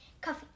coffee